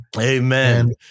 Amen